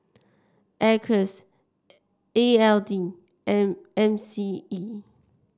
Acres E L D and M C E